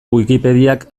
wikipediak